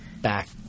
back